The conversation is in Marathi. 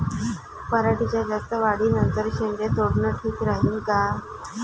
पराटीच्या जास्त वाढी नंतर शेंडे तोडनं ठीक राहीन का?